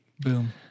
Boom